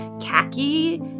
khaki